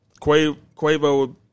Quavo